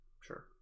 sure